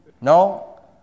No